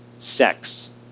sex